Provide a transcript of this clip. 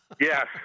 yes